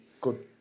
good